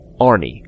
Arnie